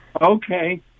Okay